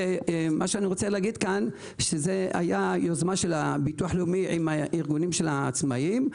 זה היה יוזמה של הביטוח הלאומי עם ארגוני העצמאיים.